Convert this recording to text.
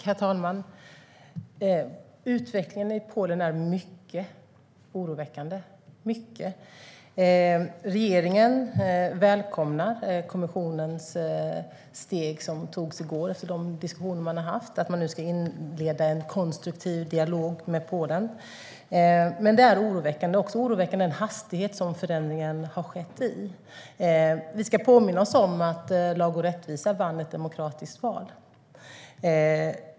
Herr talman! Utvecklingen i Polen är mycket oroväckande. Regeringen välkomnar de steg som kommissionen tog i går efter de diskussioner den haft, att inleda en konstruktiv dialog med Polen. Också den hastighet med vilken förändringen skett är oroväckande. Vi ska påminna oss att Lag och rättvisa vann ett demokratiskt val.